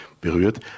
berührt